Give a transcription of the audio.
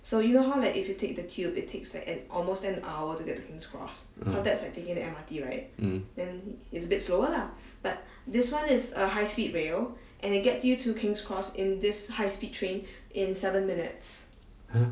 ah mm !huh!